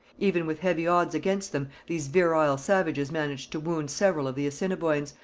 even with heavy odds against them these virile savages managed to wound several of the assiniboines,